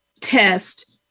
test